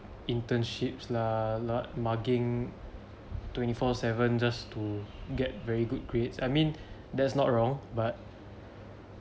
internships lah like mugging twenty four seven just to get very good grades I mean that's not wrong but